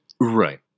right